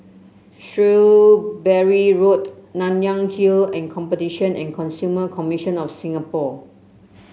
Shrewsbury Road Nanyang Hill and Competition and Consumer Commission of Singapore